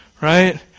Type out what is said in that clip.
Right